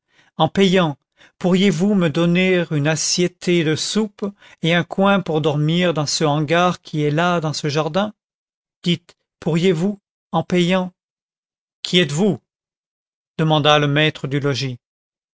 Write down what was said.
en payant pourriez-vous me donner une assiettée de soupe et un coin pour dormir dans ce hangar qui est là dans ce jardin dites pourriez-vous en payant qui êtes-vous demanda le maître du logis